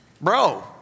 Bro